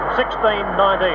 16-19